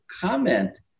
comment